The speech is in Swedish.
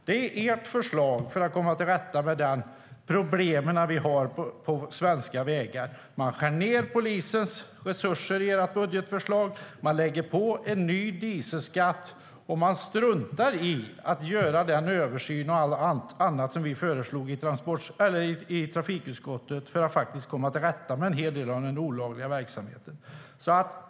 Detta är ert förslag för att komma till rätta med de problem vi har på svenska vägar: Ni skär i ert budgetförslag ned polisens resurser, ni lägger på en ny dieselskatt, och ni struntar i att göra den översyn och annat som vi i trafikutskottet föreslog för att man skulle komma till rätta med en hel del av den olagliga verksamheten.